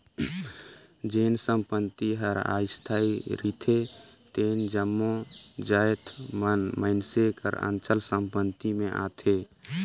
जेन संपत्ति हर अस्थाई रिथे तेन जम्मो जाएत मन मइनसे कर अचल संपत्ति में आथें